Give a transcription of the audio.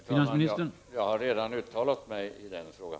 Herr talman! Jag har redan uttalat mig i den frågan.